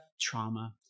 trauma